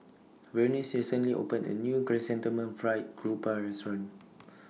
Vernice recently opened A New Chrysanthemum Fried Garoupa Restaurant